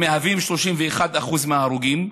המהווים 31% מההרוגים.